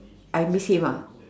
I miss him ah